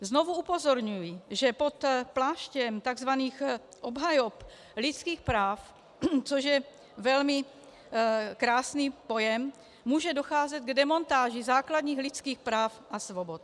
Znovu upozorňuji, že pod pláštěm takzvaných obhajob lidských práv, což je velmi krásný pojem, může docházet k demontáži základních lidských práv a svobod.